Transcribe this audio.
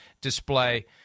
display